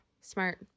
smart